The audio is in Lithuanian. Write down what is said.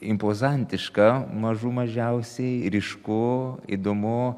impozantiška mažų mažiausiai ryšku įdomu